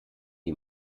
die